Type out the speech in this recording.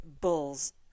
bull's